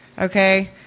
Okay